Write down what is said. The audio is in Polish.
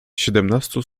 siedemnastu